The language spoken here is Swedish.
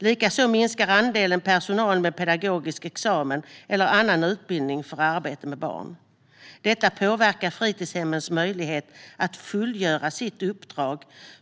Likaså minskar andelen personal med pedagogisk examen eller annan utbildning för arbete med barn. Detta påverkar fritidshemmens möjligheter att fullgöra sitt uppdrag.